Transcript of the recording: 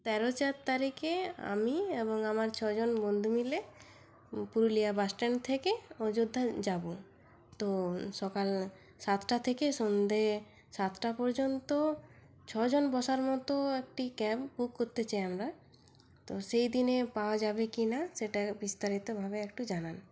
তেরো চার তারিখে আমি এবং আমার ছজন বন্ধু মিলে পুরুলিয়া বাসট্যান্ড থেকে অযোধ্যা যাবো তো সকাল সাতটা থেকে সন্ধে সাতটা পর্যন্ত ছজন বসার মতো একটি ক্যাব বুক করতে চাই আমরা তো সেই দিনে পাওয়া যাবে কি না সেটা বিস্তারিতভাবে একটু জানান